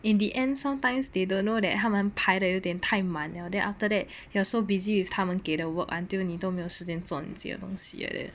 in the end sometimes they don't know that 他们排的有点太满了 then after that you're so busy with 他们给的 work until 你都没有时间做你自己的东西 like that